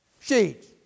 sheets